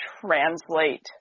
translate